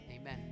Amen